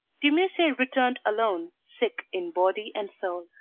de musset returned alone, sick in body and soul,